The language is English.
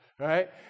right